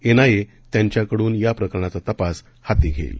NIA त्यांच्याकडून या प्रकरणाचा तपास हाती घेईल